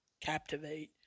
Captivate